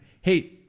Hey